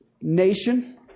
nation